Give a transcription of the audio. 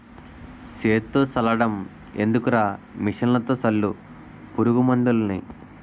సేత్తో సల్లడం ఎందుకురా మిసన్లతో సల్లు పురుగు మందులన్నీ